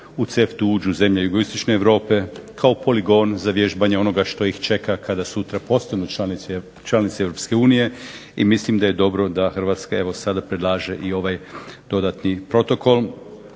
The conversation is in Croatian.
u CEFTA-u uđu zemlje jugoistočne Europe kao poligon za vježbanje onoga što ih čeka kada sutra postanu članice Europske unije i mislim da je dobro da Hrvatska evo sada predlaže i ovaj Dodatni protokol.